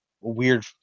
weird